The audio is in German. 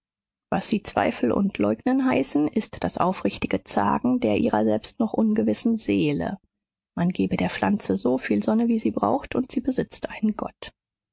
was sie zweifel und leugnen heißen ist das aufrichtige zagen der ihrer selbst noch ungewissen seele man gebe der pflanze so viel sonne wie sie braucht und sie besitzt einen gott